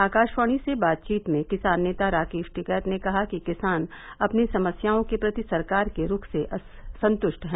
आकाशवाणी से बातचीत में किसान नेता राकेश टिकैत ने कहा कि किसान अपनी समस्याओं के प्रति सरकार के रुख से संतृष्ट हैं